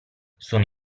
sono